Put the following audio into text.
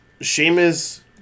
Sheamus